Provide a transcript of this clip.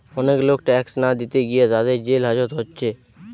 অনেক লোক ট্যাক্স না দিতে গিয়ে তাদের জেল হাজত হচ্ছে